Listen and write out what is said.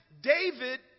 David